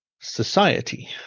society